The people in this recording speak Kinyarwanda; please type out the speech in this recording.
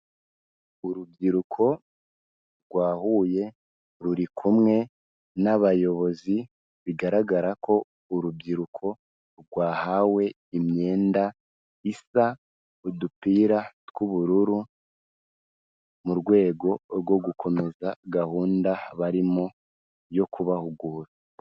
Urubyiruko rwahuye ruri kumwe n'abayobozi bigaragara ko, urubyiruko rwahawe imyenda isa, udupira tw'ubururu mu rwego rwo gukomeza gahunda barimo yo kubahugura.